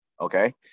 okay